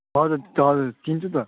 हजुर हजुर चिन्छु त